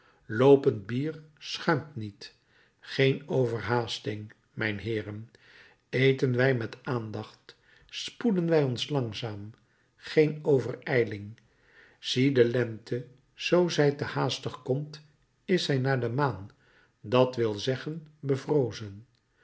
loopend bier schuimt niet geen overhaasting mijnheeren eten wij met aandacht spoeden wij ons langzaam geen overijling zie de lente zoo zij te haastig komt is zij naar de maan dat wil zeggen bevrozen